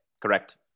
correct